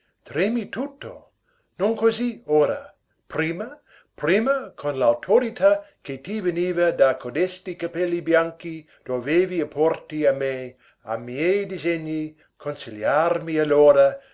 tremi tutto non così ora prima prima con l'autorità che ti veniva da codesti capelli bianchi dovevi opporti a me ai miei disegni consigliarmi allora